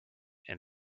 and